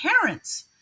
parents